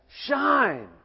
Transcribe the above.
shine